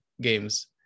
games